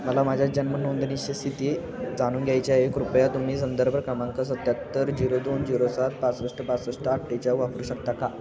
मला माझ्या जन्म नोंदणीची स्थिती जाणून घ्यायची आहे कृपया तुम्ही संदर्भ क्रमांक सत्त्यात्तर झिरो दोन झिरो सात पासष्ट बासष्ट अठ्ठेचाळीस वापरू शकता का